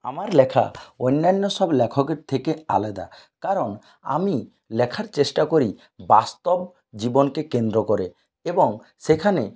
আমার লেখা অন্যান্য সব লেখকের থেকে আলাদা কারণ আমি লেখার চেষ্টা করি বাস্তব জীবনকে কেন্দ্র করে এবং সেখানে